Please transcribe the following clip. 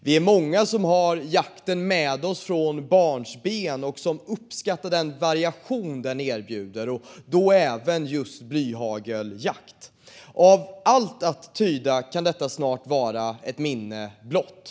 Vi är många som har jakten med oss från barnsben och uppskattar den variation den erbjuder och då även just blyhageljakt. Av allt att döma kan den snart vara ett minne blott.